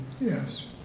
Yes